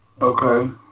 Okay